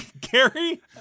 Gary